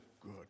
good